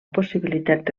possibilitat